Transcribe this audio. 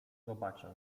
zobaczę